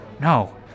no